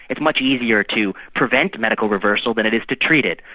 it's much easier to prevent medical reversal than it is to treat it,